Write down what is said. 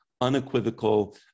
unequivocal